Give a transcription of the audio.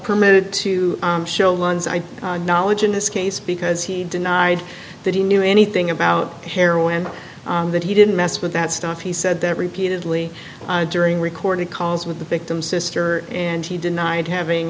permitted to show ones i knowledge in this case because he denied that he knew anything about heroin that he didn't mess with that stuff he said that repeated lee during recording calls with the victim's sister and he denied having